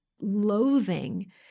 loathing